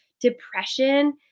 depression